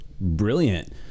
Brilliant